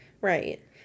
Right